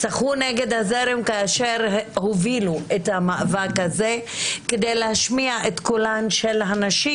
שחו נגד הזרם כאשר הן הובילו את המאבק הזה כדי להשמיע את קולן של הנשים,